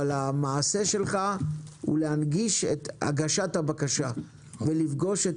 אבל המעשה שלך הוא להנגיש את הגשת הבקשה ולפגוש את